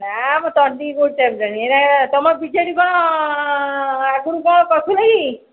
ନା ମୁଁ ତଣ୍ଟିକୁ କେଉଁଠି ଚିପିଲାଣି ଏଇଟା ତୁମ ବି ଜେ ଡି କ'ଣ ଆଗରୁ କ'ଣ କରୁଥିଲା କି